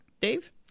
Dave